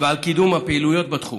ועל קידום הפעילויות בתחום.